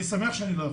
אני שמח שאני לא יכול,